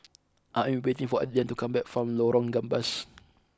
I am waiting for Adriane to come back from Lorong Gambas